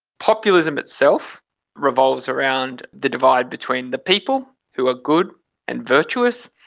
populism itself revolves around the divide between the people who are good and virtuous,